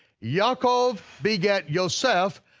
yaakov begat yoseph,